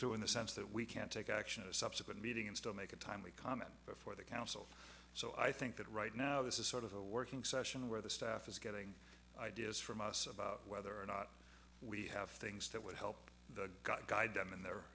through in the sense that we can't take action in a subsequent meeting and still make a timely comment before the council so i think that right now this is sort of a working session where the staff is getting ideas from us about whether or not we have things that would help the god guide them in the